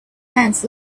ants